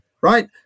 Right